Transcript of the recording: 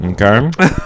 Okay